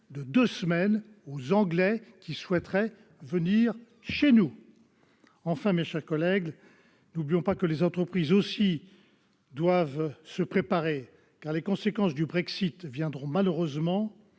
même quarantaine aux Anglais qui souhaiteraient venir chez nous. Enfin, mes chers collègues, n'oublions pas que les entreprises aussi doivent se préparer, car les conséquences du Brexit viendront malheureusement